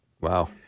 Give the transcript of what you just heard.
Wow